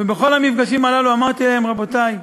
ובכל המפגשים הללו אמרתי להם: רבותי,